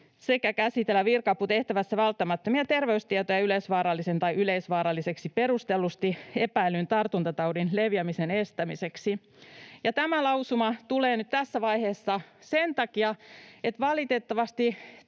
sekä käsitellä virka-aputehtävässä välttämättömiä terveystietoja yleisvaarallisen tai yleisvaaralliseksi perustellusti epäillyn tartuntataudin leviämisen estämiseksi.” Tämä lausuma tulee nyt tässä vaiheessa sen takia, että valitettavasti